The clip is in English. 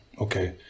Okay